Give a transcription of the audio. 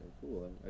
cool